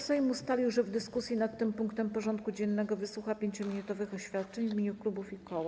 Sejm ustalił, że w dyskusji nad tym punktem porządku dziennego wysłucha 5-minutowych oświadczeń w imieniu klubów i koła.